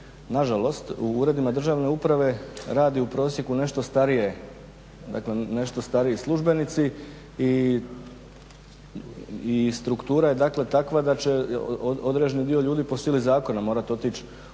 nažalost u uredima državne uprave rade u prosjeku nešto stariji službenici i struktura je takva da će određeni dio ljudi po sili zakona morati otići